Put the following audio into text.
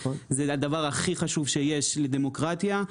זה הדבר הכי חשוב שיש בדמוקרטיה.